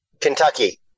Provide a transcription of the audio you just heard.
Kentucky